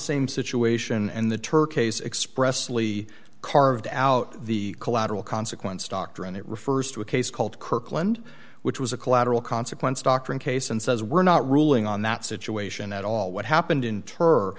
same situation and the turkeys expressly carved out the collateral consequences doctrine it refers to a case called kirkland which was a collateral consequence doctoring case and says we're not ruling on that situation at all what happened in